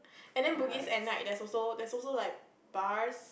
and then Bugis at night there's also there's also like bars